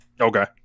Okay